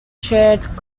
shared